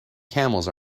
camels